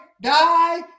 die